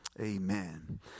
amen